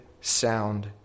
sound